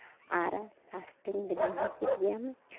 ᱟᱨ ᱞᱟᱥᱴᱮᱧ ᱵᱮᱱᱟᱣ ᱦᱩᱭ ᱠᱮᱫ ᱜᱮᱭᱟ